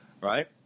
right